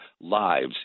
lives